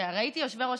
ראיתי יושבי-ראש,